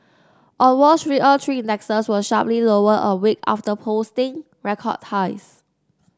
on Wall Street all three indexes were sharply lower a week after posting record highs